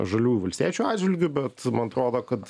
žaliųjų valstiečių atžvilgiu bet man atrodo kad